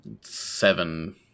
seven